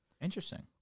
Interesting